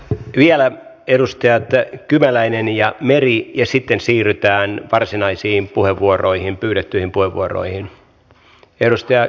vielä edustajat kymäläinen ja meri ja sitten siirrytään varsinaisiin pyydettyihin puheenvuoroihin